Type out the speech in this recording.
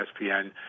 ESPN